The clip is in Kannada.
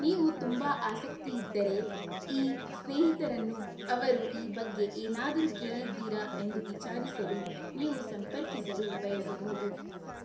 ನೀವು ತುಂಬ ಆಸಕ್ತಿಯಿದ್ದರೆ ಈ ಸ್ನೇಹಿತರನ್ನು ಅವರು ಈ ಬಗ್ಗೆ ಏನಾದರೂ ಕೇಳಿದ್ದೀರಾ ಎಂದು ವಿಚಾರಿಸಲು ನೀವು ಸಂಪರ್ಕಿಸಲು ಬಯಸಬಹುದು